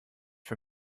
für